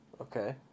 Okay